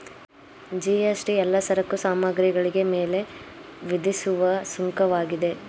GST ಎಲ್ಲಾ ಸರಕು ಸಾಮಗ್ರಿಗಳಿಗೆ ಮೇಲೆ ವಿಧಿಸುವ ಸುಂಕವಾಗಿದೆ